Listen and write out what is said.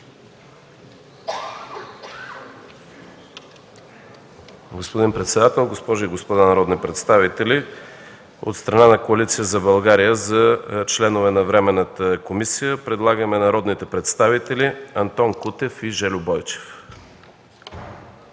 Господин председател, госпожи и господа народни представители! От страна на Коалиция за България за членове на временната анкетна комисия предлагаме народните представители Антон Кутев и Жельо Бойчев.